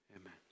Amen